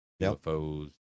UFOs